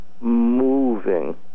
moving